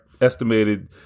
estimated